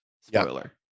spoiler